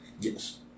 Yes